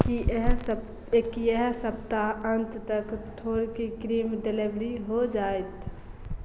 कि एहए सप एक इएह सप्ताह अन्त तक ठोरके क्रीम डिलीवर हो जाएत